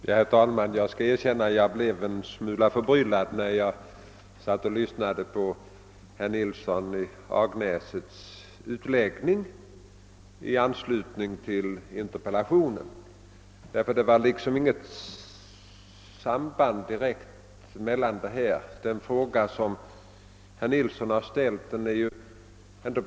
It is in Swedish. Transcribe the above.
Herr talman! Jag måste erkänna att jag blev en smula förbryllad när jag lyssnade på den utläggning herr Nilsson i Agnäs gjorde i anslutning till interpellationen. Det fanns liksom inget direkt samband mellan den utläggningen och den mera begränsade fråga som herr Nilsson har ställt i interpellationen.